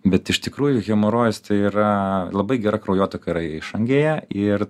bet iš tikrųjų hemorojus tai yra labai gera kraujotaka yra išangėje ir